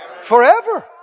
Forever